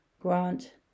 Grant